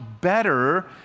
better